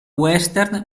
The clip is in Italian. western